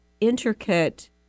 intricate